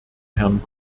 herrn